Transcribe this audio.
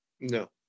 No